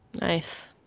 Nice